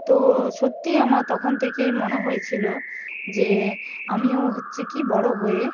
তো সত্যি আমার তখন থেকেই মনে হয়েছিলো যে আমিও হচ্ছে কি বড়ো হয়ে